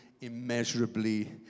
immeasurably